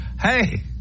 Hey